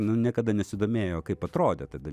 nu niekada nesidomėjo kaip atrodė tada